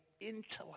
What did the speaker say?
intellect